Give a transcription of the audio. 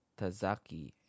Tazaki